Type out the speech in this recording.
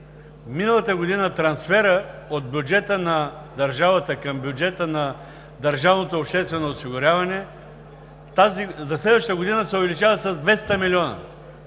В момента трансферът от бюджета на държавата към бюджета на държавното обществено осигуряване за следващата година се увеличава с 200 милиона.